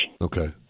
Okay